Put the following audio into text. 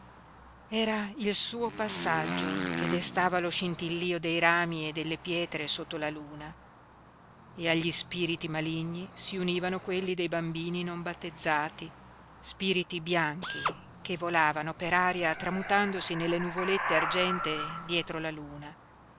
era il suo passaggio che destava lo scintillio dei rami e delle pietre sotto la luna e agli spiriti maligni si univano quelli dei bambini non battezzati spiriti bianchi che volavano per aria tramutandosi nelle nuvolette argentee dietro la luna